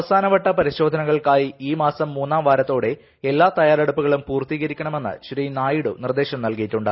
അവസാനവട്ട പരിശോധനകൾക്കായി മാസം മൂന്നാം വാരത്തോടെ എല്ലാ തയ്യാറെടുപ്പുകളും ഈ പൂർത്തീകരിക്കണമെന്ന് ശ്രീ നായിഡു നിർദ്ദേശം നൽകിയിട്ടുണ്ട്